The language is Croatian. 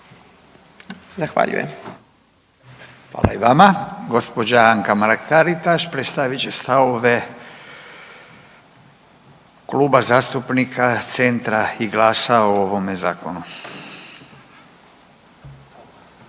(Nezavisni)** Hvala i vama. Gospođa Anka Mrak Taritaš predstavit će stavove Kluba zastupnika Centra i Glasa o ovome Zakonu.